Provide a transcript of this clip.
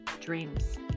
dreams